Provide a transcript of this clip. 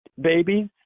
babies